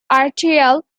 atrial